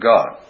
God